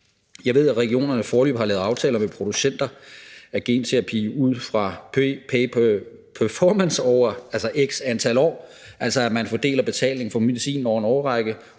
Jeg ved, at regionerne foreløbig har lavet aftaler med producenter af genterapi ud fra pay per performance over x antal år, altså at man fordeler betalingen for medicin over en årrække,